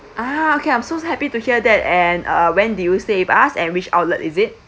ah okay I'm so happy to hear that and uh when did you stay with us and which outlet is it